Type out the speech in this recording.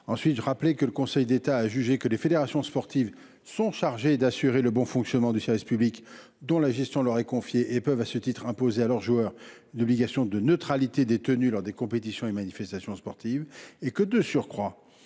par ailleurs que le Conseil d’État a estimé que les fédérations sportives étaient chargées d’assurer le bon fonctionnement du service public, dont la gestion leur est confiée, et peuvent à ce titre imposer à leurs joueurs une obligation de neutralité des tenues lors des compétitions et manifestations sportives. Enfin, comme